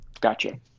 Gotcha